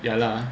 ya lah